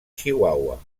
chihuahua